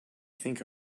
think